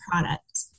product